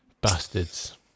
bastards